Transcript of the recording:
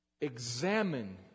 Examine